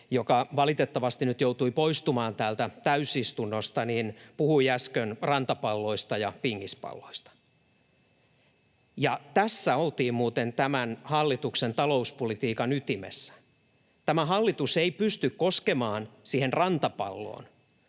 joka valitettavasti nyt joutui poistumaan täältä täysistunnosta, puhui äsken rantapalloista ja pingispalloista, ja tässä oltiin muuten tämän hallituksen talouspolitiikan ytimessä. Tämä hallitus ei pysty koskemaan siihen rantapalloon,